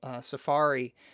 Safari